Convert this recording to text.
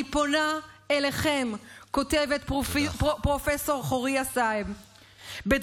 אני פונה אליכם, כותבת פרופ' חוריה סעב, תודה.